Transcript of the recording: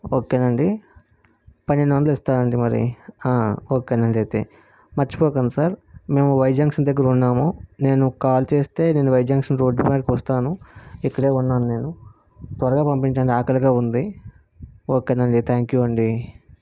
ఓకేనండి పన్నెండు వందలు ఇస్తానండి మరి ఓకేనా మర్చిపోకండి సార్ మేము వై జంక్షన్ దగ్గర ఉన్నాము నేను కాల్ చేస్తే నేను వై జంక్షన్ రోడ్ పైకి వస్తాను ఇక్కడే ఉన్నాను నేను త్వరగా పంపించండి ఆకలిగా ఉంది ఓకేనా అండి థాంక్ యూ అండి